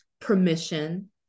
permission